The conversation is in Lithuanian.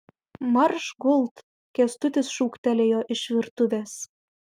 marš gult kęstutis šūktelėjo iš virtuvės